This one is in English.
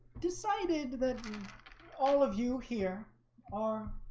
decided that all of you here are